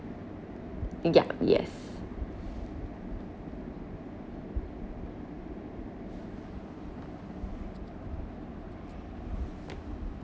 ya yes